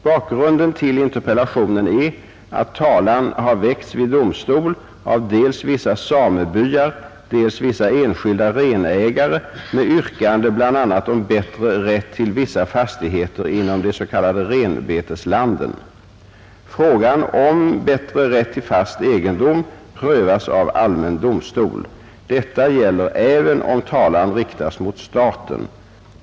Bakgrunden till interpellationen är att talan har väckts vid domstol av dels vissa samebyar, dels vissa enskilda renägare med yrkande bl.a. om bättre rätt till vissa fastigheter inom de s.k. renbeteslanden. Frågan om bättre rätt till fast egendom prövas av allmän domstol. Detta gäller även om talan riktas mot staten.